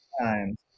times